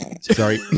Sorry